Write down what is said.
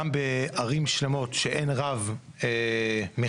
גם בערים שלמות שאין רב מכהן,